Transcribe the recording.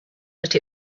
that